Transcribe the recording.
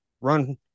run